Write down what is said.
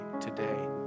today